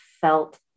felt